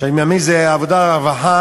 אני מאמין שזה ועדת עבודה ורווחה,